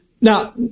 Now